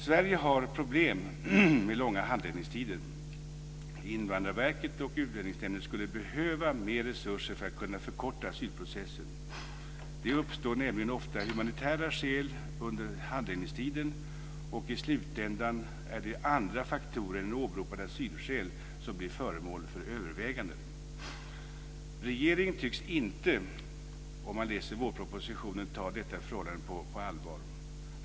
Sverige har problem med långa handläggningstider. Invandrarverket och Utlänningsnämnden skulle behöva mer resurser för att kunna förkorta asylprocessen. Det uppstår ofta humanitära skäl under handläggningstiden, och i slutändan är det andra faktorer än åberopade asylskäl som blir föremål för överväganden. Enligt vårpropositionen tycks regeringen inte ta detta förhållande på allvar.